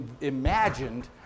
imagined